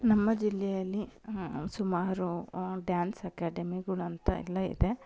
ನಮ್ಮ ಜಿಲ್ಲೆಯಲ್ಲಿ ಸುಮಾರು ಡ್ಯಾನ್ಸ್ ಅಕಾಡೆಮಿಗಳು ಅಂತ ಎಲ್ಲ ಇದೆ